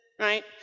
right